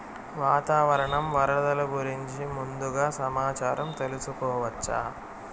వాతావరణం వరదలు గురించి ముందుగా సమాచారం తెలుసుకోవచ్చా?